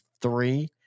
three